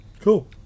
Cool